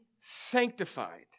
sanctified